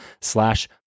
slash